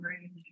Range